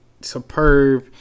superb